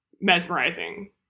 mesmerizing